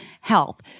health